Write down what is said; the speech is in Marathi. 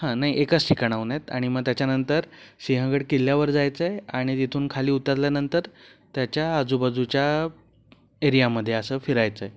हां नाही एकाच ठिकाणाहून आहेत आणि मग त्याच्यानंतर सिंहगड किल्ल्यावर जायचं आहे आणि तिथून खाली उतरल्यानंतर त्याच्या आजूबाजूच्या एरियामध्ये असं फिरायचं आहे